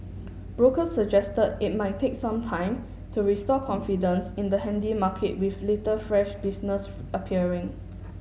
brokers suggested it might take some time to restore confidence in the handy market with little fresh business appearing